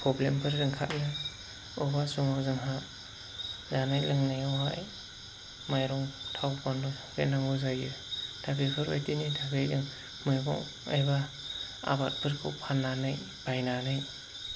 प्रब्लेमफोर ओंखारो अबेबा समाव जोंहा जानाय लोंनायावहाय माइरं थावफोर नांगौ जायो दा बेफोरबायदिनि थाखाय जों मैगं एबा आबादफोरखौ फाननानै बायनानै